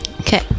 Okay